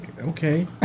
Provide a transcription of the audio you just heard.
Okay